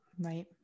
Right